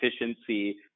efficiency